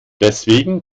deswegen